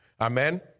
Amen